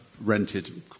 rented